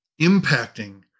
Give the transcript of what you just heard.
impacting